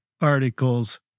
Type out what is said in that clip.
articles